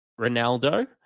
Ronaldo